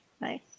Nice